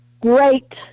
great